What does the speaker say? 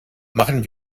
machen